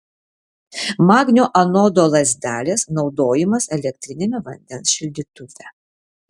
magnio anodo lazdelės naudojimas elektriniame vandens šildytuve